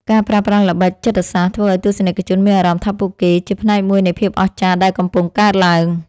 ការប្រើប្រាស់ល្បិចចិត្តសាស្ត្រធ្វើឱ្យទស្សនិកជនមានអារម្មណ៍ថាពួកគេជាផ្នែកមួយនៃភាពអស្ចារ្យដែលកំពុងកើតឡើង។